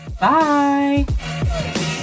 Bye